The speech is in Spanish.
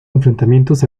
enfrentamientos